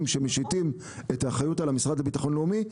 שמשיתים את האחריות על המשרד לביטחון לאומי,